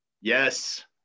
Yes